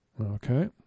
Okay